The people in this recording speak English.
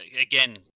again